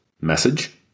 message